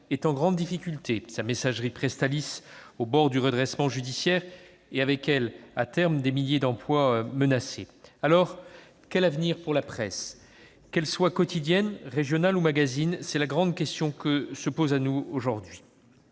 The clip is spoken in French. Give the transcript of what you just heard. est en grande difficulté ; sa messagerie Presstalis est au bord du redressement judiciaire, et, avec elle, à terme, des milliers d'emplois sont menacés. Quel avenir, alors, pour la presse ? Qu'elle soit quotidienne, régionale ou magazine, c'est la grande question qui se pose à nous aujourd'hui.